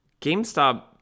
GameStop